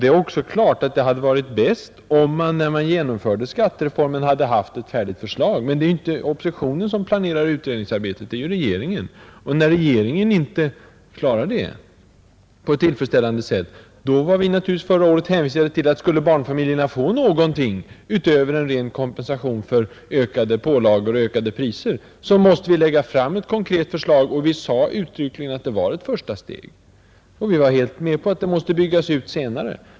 Det är också riktigt att det hade varit bäst om man hade haft ett färdigt förslag när man genomförde skattereformen, Men det är inte oppositionen som planerar utredningsarbetet; det är ju regeringen. När regeringen inte klarade det på ett tillfredsställande sätt var vi naturligtvis förra året hänvisade till att skulle barnfamiljerna få någonting utöver en ren kompensation för ökade pålagor och ökade priser, måste vi lägga fram ett konkret förslag. Vi sade uttryckligen att det var ett första steg, och vi var helt med på att det måste byggas ut senare.